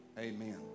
Amen